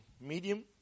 medium